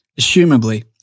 assumably